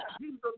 Jesus